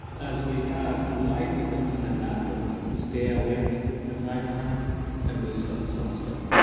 as we have light becomes an enabler to stay awake at nighttime and boost up some stuff.